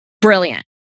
Brilliant